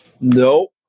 Nope